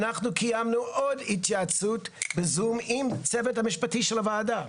אנחנו קיימנו עוד התייעצות בזום עם הצוות המשפטי של הוועדה.